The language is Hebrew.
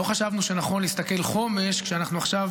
לא חשבנו שנכון להסתכל חומש כשאנחנו עכשיו